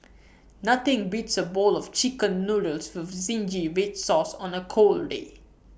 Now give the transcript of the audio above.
nothing beats A bowl of Chicken Noodles with Zingy Red Sauce on A cold day